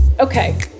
Okay